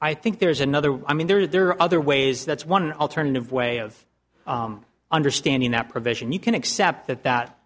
i think there's another i mean there are there are other ways that's one alternative way of understanding that provision you can accept that that